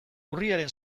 urriaren